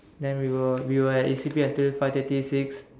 then we were we were at E_C_P until five thirty six